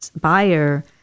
buyer